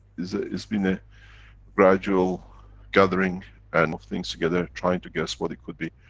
is a. it's been a gradual gathering. and of things together, trying to guess what it could be.